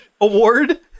Award